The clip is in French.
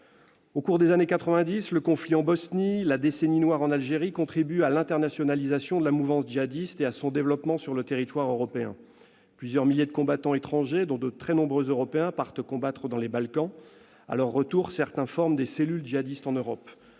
Au cours des années quatre-vingt-dix, le conflit en Bosnie et la « décennie noire » en Algérie contribuent à l'internationalisation de la mouvance djihadiste et à son développement sur le territoire européen. Plusieurs milliers de combattants étrangers, dont de très nombreux Européens, partent combattre dans les Balkans. À leur retour, certains forment des cellules djihadistes en Europe.